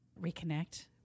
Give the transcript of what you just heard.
reconnect